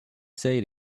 say